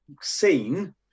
seen